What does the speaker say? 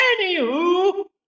Anywho